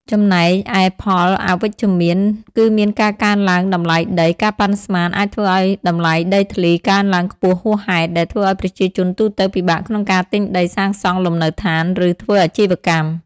ចំណែកឯផលអវិជ្ជមាន គឺមានការកើនឡើងតម្លៃដី ការប៉ាន់ស្មានអាចធ្វើឲ្យតម្លៃដីធ្លី កើនឡើងខ្ពស់ហួសហេតុ ដែលធ្វើឲ្យប្រជាជនទូទៅពិបាកក្នុងការទិញដីសាងសង់លំនៅដ្ឋាន ឬធ្វើអាជីវកម្ម។